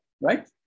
right